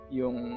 yung